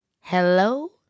Hello